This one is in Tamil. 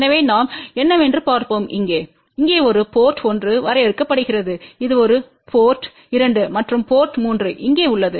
எனவே நாம் என்னவென்று பார்ப்போம் இங்கேஇங்கே ஒரு போர்ட் 1 வரையறுக்கப்படுகிறது இது ஒரு போர்ட் 2 மற்றும் போர்ட் 3 இங்கே உள்ளது